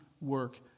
work